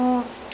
mm